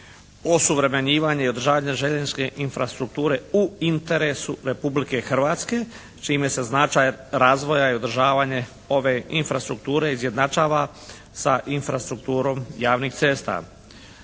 osuvremenjivanje i održavanje željezničke infrastrukture u interesu Republike Hrvatske čime se značaj razvoja i održavanje ove infrastrukture izjednačava sa infrastrukturom javnih cesta.